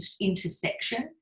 intersection